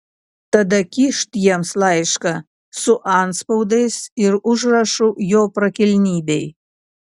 tada kyšt jiems laišką su antspaudais ir užrašu jo prakilnybei